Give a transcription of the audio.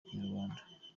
ikinyarwanda